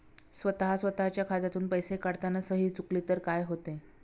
स्वतः स्वतःच्या खात्यातून पैसे काढताना सही चुकली तर काय होते?